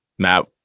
Matt